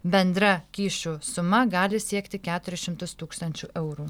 bendra kyšių suma gali siekti keturis šimtus tūkstančių eurų